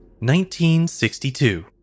1962